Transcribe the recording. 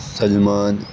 Salman